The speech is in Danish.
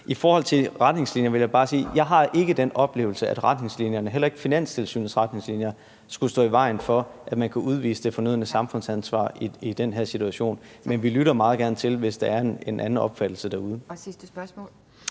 I forhold til retningslinjer vil jeg bare sige, at jeg ikke har den oplevelse, at retningslinjerne, heller ikke Finanstilsynets retningslinjer, skulle stå i vejen for at udvise det fornødne samfundsansvar i den her situation, men vi lytter meget gerne til det, hvis der skulle være en anden opfattelse derude. Kl.